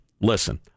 listen